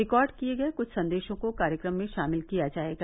record किए गए कुछ संदेशों को कार्यक्रम में शामिल किया जाएगा